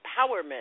empowerment